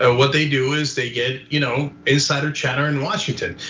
and what they do is they get you know insider chatter in washington.